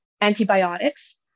antibiotics